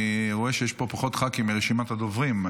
אני רואה שיש פה פחות ח"כים מרשימת הדוברים.